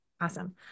Awesome